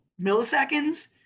milliseconds